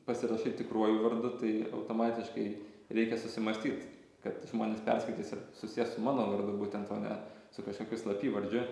pasirašai tikruoju vardu tai automatiškai reikia susimąstyt kad žmonės perskaitys ir susies su mano vardu būtent o ne su kažkokiu slapyvardžiu